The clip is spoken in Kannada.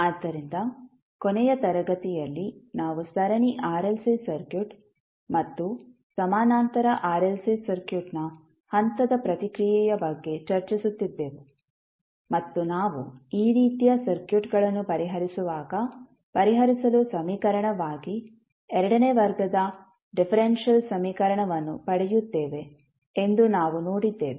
ಆದ್ದರಿಂದ ಕೊನೆಯ ತರಗತಿಯಲ್ಲಿ ನಾವು ಸರಣಿ ಆರ್ಎಲ್ಸಿ ಸರ್ಕ್ಯೂಟ್ ಮತ್ತು ಸಮಾನಾಂತರ ಆರ್ಎಲ್ಸಿ ಸರ್ಕ್ಯೂಟ್ನ ಹಂತದ ಪ್ರತಿಕ್ರಿಯೆಯ ಬಗ್ಗೆ ಚರ್ಚಿಸುತ್ತಿದ್ದೆವು ಮತ್ತು ನಾವು ಈ ರೀತಿಯ ಸರ್ಕ್ಯೂಟ್ಗಳನ್ನು ಪರಿಹರಿಸುವಾಗ ಪರಿಹರಿಸಲು ಸಮೀಕರಣವಾಗಿ ಎರಡನೇ ವರ್ಗದ ಡಿಫರೆಂಶಿಯಲ್ ಸಮೀಕರಣವನ್ನು ಪಡೆಯುತ್ತೇವೆ ಎಂದು ನಾವು ನೋಡಿದ್ದೇವೆ